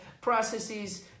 processes